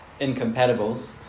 incompatibles